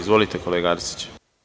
Izvolite kolega Arsiću.